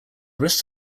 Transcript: rest